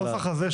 הנוסח הזה,